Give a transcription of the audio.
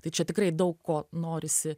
tai čia tikrai daug ko norisi